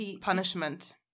Punishment